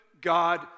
God